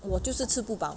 我就是吃不饱